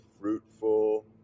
fruitful